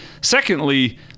Secondly